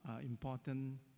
important